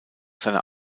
seiner